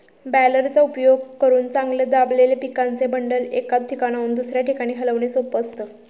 बॅलरचा उपयोग करून चांगले दाबलेले पिकाचे बंडल, एका ठिकाणाहून दुसऱ्या ठिकाणी हलविणे सोपे असते